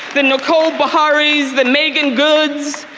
the nicole beharies, the meagan goods.